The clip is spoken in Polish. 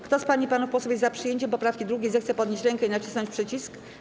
Kto z pań i panów posłów jest za przyjęciem poprawki 2., zechce podnieść rękę i nacisnąć przycisk.